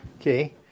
Okay